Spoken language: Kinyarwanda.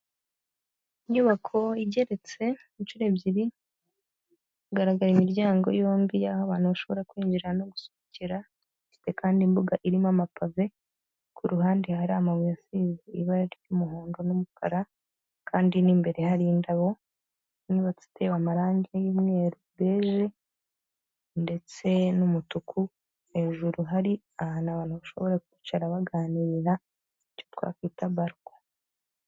Inyubako igeretse inshuro ebyiri ,hagaragara imiryango yombi Y'aho abantu bashobora kwinjira no gusohokera .Kandi imbuga irimo amapave ,kuruhande hari amabuyeze isize ibara ry'umuhondo n'umukara. Kandi n'imbere hari indabo ziteye amarangi y'umweru bege ndetse n'umutuku hejuru hari ahantu abantu bashobora kwicara baganira icyo twakwita barco.